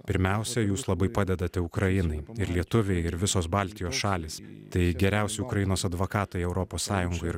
pirmiausia jūs labai padedate ukrainai ir lietuviai ir visos baltijos šalys tai geriausi ukrainos advokatai europos sąjungoj ir